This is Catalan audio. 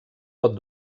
pot